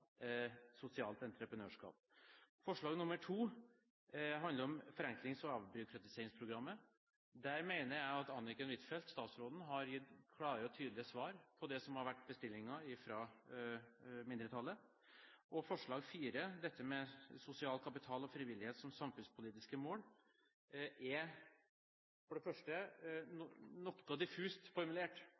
sosialt entreprenørskap. Forslag nr. 2 handler om forenklings- og avbyråkratiseringsprogrammet. Der mener jeg at statsråd Anniken Huitfeldt har gitt klare og tydelige svar på det som har vært bestillingen fra mindretallet. Forslag nr. 4, om sosial kapital og frivillighet som samfunnspolitiske mål, er for det første noe diffust formulert.